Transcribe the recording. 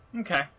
Okay